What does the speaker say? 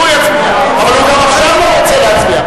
תצביע נגד אתה בעד השני.